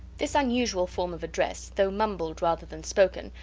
this unusual form of address, though mumbled rather than spoken,